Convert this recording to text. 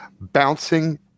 bouncing